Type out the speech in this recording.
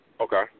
Okay